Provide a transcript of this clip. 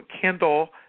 kindle